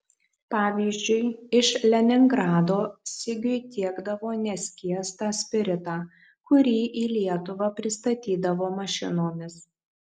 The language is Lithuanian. pavyzdžiui iš leningrado sigiui tiekdavo neskiestą spiritą kurį į lietuvą pristatydavo mašinomis